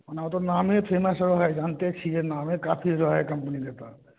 ओना ओ तऽ नामे फेमस है जानते छियै नामे काफी रहै है कम्पनीके तऽ